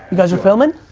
you guys are filmin'?